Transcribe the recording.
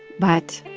but